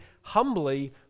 humbly